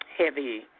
Heavy